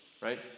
right